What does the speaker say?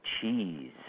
Cheese